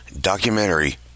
documentary